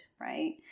right